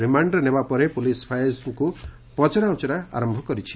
ରିମାଣ୍ଡରେ ନେବାପରେ ପୁଲିସ ଫୟାଜଙ୍ଙ୍ ପଚରାଉଚରା ଆର କରିଛି